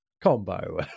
combo